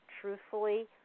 truthfully